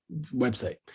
website